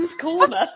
corner